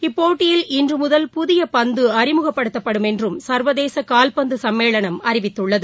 இப்போட்டியில் இன்று முதல் புதிய பந்து அறிமுகப்படுத்தப்படும் என்றும் சா்வதேச கால்பந்து சம்மேளனம் அறிவித்துள்ளது